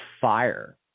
fire